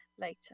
later